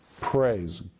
Praise